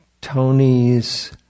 Tony's